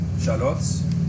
shallots